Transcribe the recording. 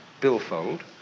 billfold